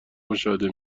مشاهده